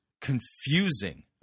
confusing